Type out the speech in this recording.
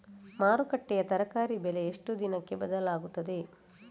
ಮಾರುಕಟ್ಟೆಯ ತರಕಾರಿ ಬೆಲೆ ಎಷ್ಟು ದಿನಕ್ಕೆ ಬದಲಾಗುತ್ತದೆ?